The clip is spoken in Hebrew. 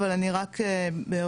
אבל אני רק טלגרפית,